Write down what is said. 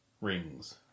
Rings